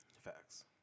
Facts